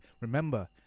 Remember